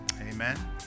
Amen